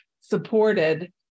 supported